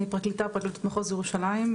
אני פרקליטת מחוז ירושלים,